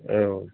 एव